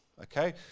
okay